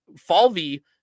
Falvey